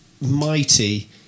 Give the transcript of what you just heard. mighty